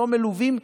לא מלווים,